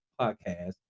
podcast